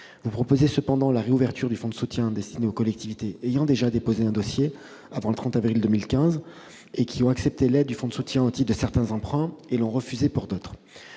vous proposez la réouverture du fonds de soutien destiné aux collectivités ayant déjà déposé un dossier avant le 30 avril 2015 et qui ont accepté l'aide de ce fonds au titre de certains emprunts et l'ont refusé pour d'autres.